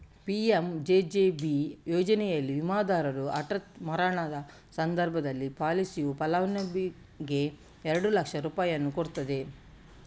PMJJB ಯೋಜನೆನಲ್ಲಿ ವಿಮಾದಾರರ ಹಠಾತ್ ಮರಣದ ಸಂದರ್ಭದಲ್ಲಿ ಪಾಲಿಸಿಯ ಫಲಾನುಭವಿಗೆ ಎರಡು ಲಕ್ಷ ರೂಪಾಯಿಯನ್ನ ಕೊಡ್ತದೆ